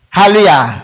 Hallelujah